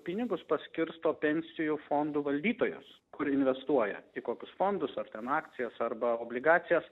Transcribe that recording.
pinigus paskirsto pensijų fondų valdytojos kur investuoja į kokius fondus ar ten akcijas arba obligacijas